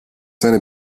seine